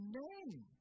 name